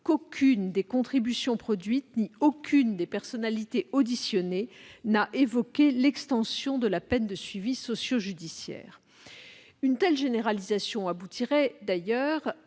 qu'aucune des contributions produites ni aucune des personnes auditionnées n'a évoqué l'extension de la peine de suivi socio-judiciaire ». Une telle généralisation aboutirait d'ailleurs